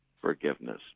forgiveness